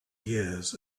years